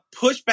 pushback